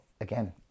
again